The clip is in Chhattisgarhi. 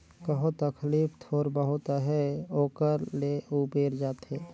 कहो तकलीफ थोर बहुत अहे ओकर ले उबेर जाथे